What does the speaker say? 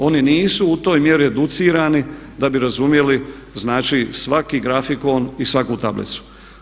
Oni nisu u toj mjeri educirani da bi razumjeli znači svaki grafikon i svaku tablicu.